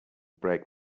break